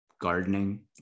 gardening